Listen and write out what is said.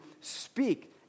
speak